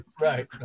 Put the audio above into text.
Right